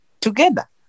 together